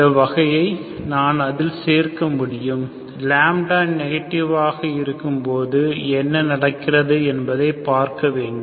இந்த வகையை நான் அதில் சேர்க்க முடியும் λ நெகடிவ் ஆக இருக்கும்போது என்ன நடக்கும் என்பதை பார்க்க வேண்டும்